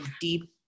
deep